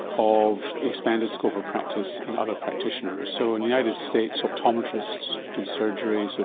of expanded scope of practice in other practitioners? so in the united states optometrists do surgery, so